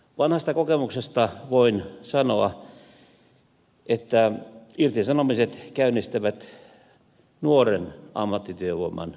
vanhasta kokemuksesta voin sanoa että irtisanomiset käynnistävät nuoren ammattityövoiman paon